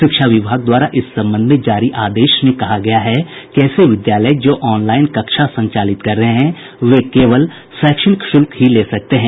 शिक्षा विभाग द्वारा इस संबंध में जारी आदेश में कहा गया है कि ऐसे विद्यालय जो ऑनलाईन कक्षा संचालित कर रहे हैं वे केवल शैक्षणिक शुल्क ही ले सकते हैं